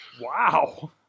Wow